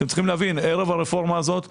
אתם צריכים להבין, ערב הרפורמה הזאת אגודה,